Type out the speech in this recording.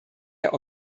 der